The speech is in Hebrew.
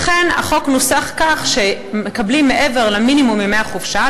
לכן החוק נוסח כך שמקבלים מעבר למינימום ימי החופשה,